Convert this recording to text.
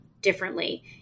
differently